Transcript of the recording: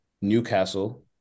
Newcastle